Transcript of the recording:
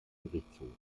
gerichtshofs